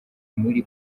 muli